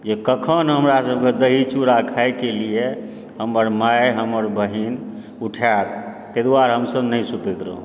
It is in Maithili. जे कखन हमरा सबके दही चूरा खायके लिय हमर माय हमर बहिन उठैत ताहि दुआरे हमसभ नहि सुतैत रहहुँ